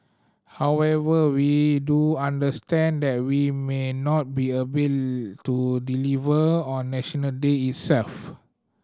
however we do understand that we may not be able to deliver on National Day itself